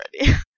already